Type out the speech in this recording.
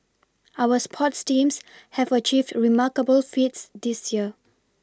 our sports teams have achieved remarkable feats this year